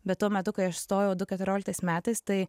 bet tuo metu kai aš stojau du keturioliktais metais tai